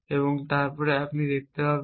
এবং তারপরে আপনি দেখতে পারেন